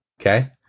Okay